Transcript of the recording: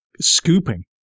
scooping